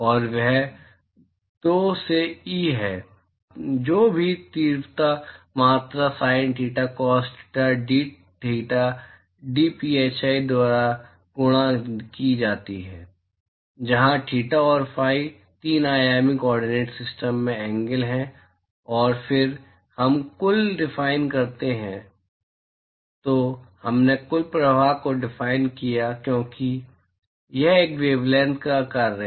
और वह 2 से ई है जो भी तीव्रता मात्रा sine theta cos theta d theta d phi द्वारा गुणा की जाती है जहां थीटा और फाई 3 आयामी कॉड्रिनेट सिस्टम में एंगल हैं और फिर हम कुल डिफाइन करते हैं तो हमने कुल प्रवाह को डिफाइन किया क्योंकि यह एक है वेवलैंथ का कार्य